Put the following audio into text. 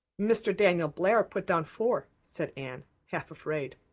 mr. daniel blair put down four, said anne, half afraid.